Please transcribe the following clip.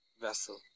vessel